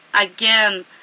again